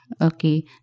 okay